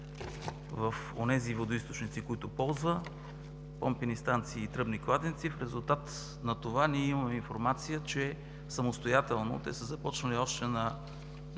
в онези водоизточници, които ползват – помпени станции и тръбни кладенци. В резултат на това имаме информация, че самостоятелно са започнали още на